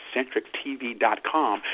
CentricTV.com